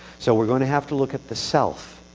so, we're going to have to look at the self